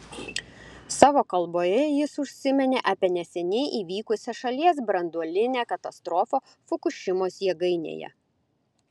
savo kalboje jis užsiminė apie neseniai įvykusią šalies branduolinę katastrofą fukušimos jėgainėje